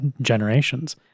generations